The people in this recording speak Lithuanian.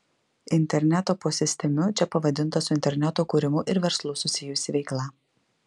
interneto posistemiu čia pavadinta su interneto kūrimu ir verslu susijusi veikla